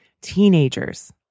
Teenagers